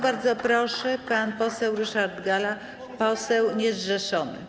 Bardzo proszę, pan poseł Ryszard Galla, poseł niezrzeszony.